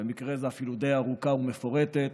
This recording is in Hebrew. במקרה זה אפילו די ארוכה ומפורטת,